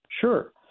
Sure